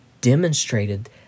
demonstrated